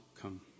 come